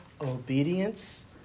obedience